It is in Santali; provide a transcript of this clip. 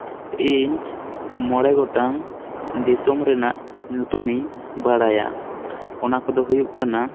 ᱤᱧ ᱢᱚᱬᱮ ᱜᱚᱴᱟᱝ ᱫᱤᱥᱚᱢ ᱨᱮᱱᱟᱜ ᱧᱩᱛᱩᱢ ᱤᱧ ᱵᱟᱲᱟᱭᱟ ᱚᱱᱟ ᱠᱚᱫᱚ ᱦᱩᱭᱩᱜ ᱠᱟᱱᱟ